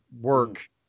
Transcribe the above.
work